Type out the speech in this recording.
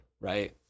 right